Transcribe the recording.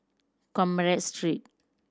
Commerce Street